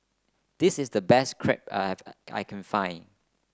this is the best Crepe I I can find